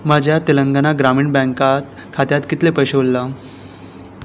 म्हज्या तेलंगना ग्रामीण बँकांत खात्यांत कितले पयशे उरला